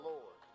Lord